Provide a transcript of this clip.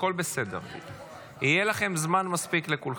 הכול בסדר, יהיה לכם זמן מספיק לכולכם.